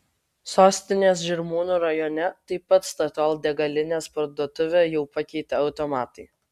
sostinės žirmūnų rajone taip pat statoil degalinės parduotuvę jau pakeitė automatai